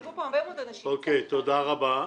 אוקיי, תודה רבה.